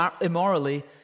immorally